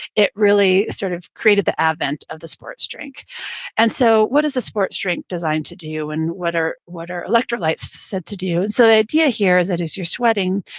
it really sort of created the advent of the sports drink and so what is the sports drink designed to do, and what are what are electrolytes said to do. and so the idea here is that as you're sweating,